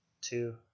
two